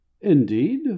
Indeed